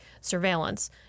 surveillance